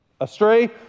astray